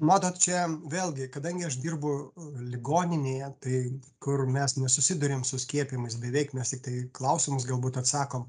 matot čia vėlgi kadangi aš dirbu ligoninėje tai kur mes nesusiduriam su skiepijimas beveik mes tiktai klausimus galbūt atsakom